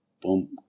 boom